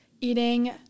eating